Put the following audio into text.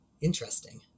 Interesting